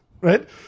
right